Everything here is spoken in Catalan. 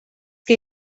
que